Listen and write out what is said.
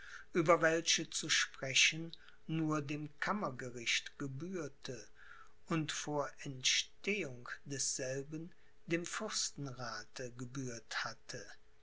über welche zu sprechen nur dem kammergericht gebührte und vor entstehung desselben dem fürstenrathe gebührt hatte